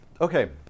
Okay